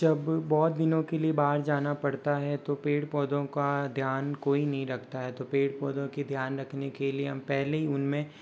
जब बहुत दिनों के लिए बाहर जाना पड़ता है तो पेड़ पौधो का ध्यान कोई नहीं रखता है तो पेड़ पौधो के ध्यान रखने के लिए हम पहले ही उनमें